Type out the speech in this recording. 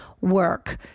work